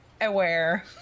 aware